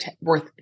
worth